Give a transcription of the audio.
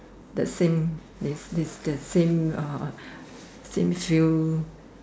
the same the the the same uh same few